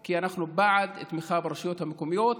כי אנחנו בעד תמיכה ברשויות המקומיות,